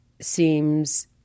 seems